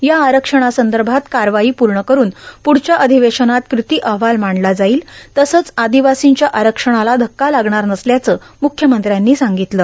या आरक्षणासंदभात कारवाई पूण करुन प्रढच्या अर्धिवेशनात कृती अहवाल मांडला जाईल तसंच आर्ादवासींच्या आरक्षणाला धक्का लागणार नसल्याचं मुख्यमंत्र्यांनी सांगगतलं